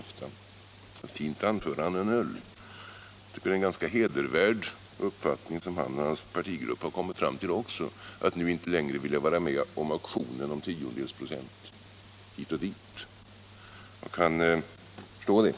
Det var ett fint anförande han höll. Det är för övrigt en ganska hedervärd uppfattning som han och hans partigrupp kommit fram till, nämligen att nu inte längre vilja vara med i auktionen om tiondelsprocent hit och dit. Jag kan förstå det.